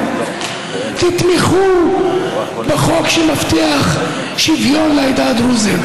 תתמכו בחוק שמבטיח שוויון לעדה הדרוזית.